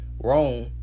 wrong